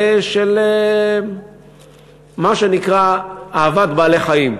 מה שנקרא "אהבת בעלי-חיים".